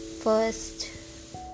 first